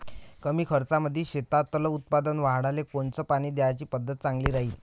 कमी खर्चामंदी शेतातलं उत्पादन वाढाले कोनची पानी द्याची पद्धत चांगली राहीन?